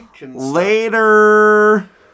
Later